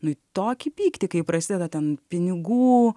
nu į tokį pyktį kai prasideda ten pinigų